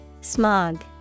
Smog